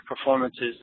performances